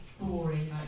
boring